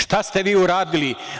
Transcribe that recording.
Šta ste vi uradili?